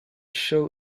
show